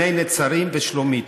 בני נצרים ושלומית,